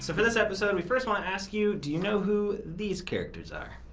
so this episode, we first want to ask you do you know who these characters are?